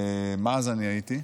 מה אני הייתי אז?